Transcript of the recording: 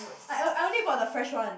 I I only bought the fresh one